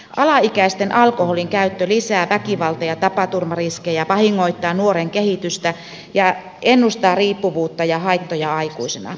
alaikäisten alkoholinkäyttö lisää väkivalta ja tapaturmariskejä vahingoittaa nuoren kehitystä ja ennustaa riippuvuutta ja haittoja aikuisena